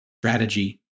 strategy